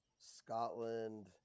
Scotland